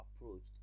approached